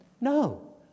No